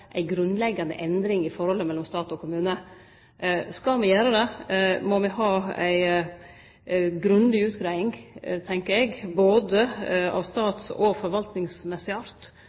ei grunnleggjande endring i forholdet mellom stat og kommune. Skal me gjere det, må me ha ei grundig utgreiing, tenkjer eg, både av stats- og forvaltingsmessig art.